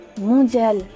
mondiale